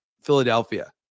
Philadelphia